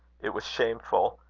it was shameful.